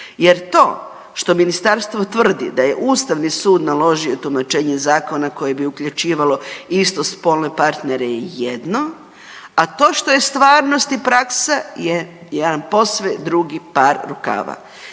jer to što ministarstvo tvrdi da je ustavni sud naložio tumačenje zakona koje bi uključivalo istospolne partnere je jedno, a to što je stvarnost i praksa je jedan posve drugi par rukava.